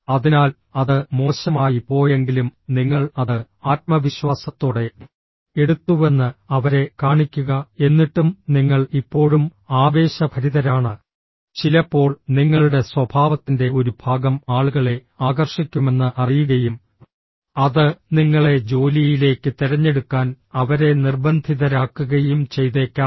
അതിനാൽ അത് മോശമായി പോയെങ്കിലും നിങ്ങൾ അത് ആത്മവിശ്വാസത്തോടെ എടുത്തുവെന്ന് അവരെ കാണിക്കുക എന്നിട്ടും നിങ്ങൾ ഇപ്പോഴും ആവേശഭരിതരാണ് ചിലപ്പോൾ നിങ്ങളുടെ സ്വഭാവത്തിന്റെ ഒരു ഭാഗം ആളുകളെ ആകർഷിക്കുമെന്ന് അറിയുകയും അത് നിങ്ങളെ ജോലിയിലേക്ക് തിരഞ്ഞെടുക്കാൻ അവരെ നിർബന്ധിതരാക്കുകയും ചെയ്തേക്കാം